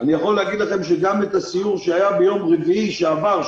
אני יכול להגיד לכם שגם את הסיור שהיה ביום רביעי שעבר,